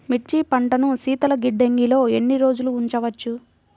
మిర్చి పంటను శీతల గిడ్డంగిలో ఎన్ని రోజులు ఉంచవచ్చు?